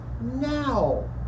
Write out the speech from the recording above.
now